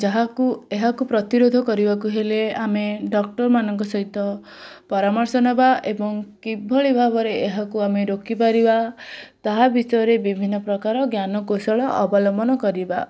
ଯାହାକୁ ଏହାକୁ ପ୍ରତିରୋଧ କରିବାକୁ ହେଲେ ଆମେ ଡକ୍ଟର ମାନଙ୍କ ସହିତ ପରାମର୍ଶ ନେବା ଏବଂ କିଭଳି ଭାବେ ଏହାକୁ ଆମେ ରୋକି ପାରିବା ତାହା ବିଷୟରେ ବିଭିନ୍ନ ପ୍ରକାର ଜ୍ଞାନ କୌଶଳ ଅବଲମ୍ୱନ କରିବା